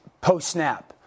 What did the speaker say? post-snap